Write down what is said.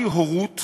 מהי הורות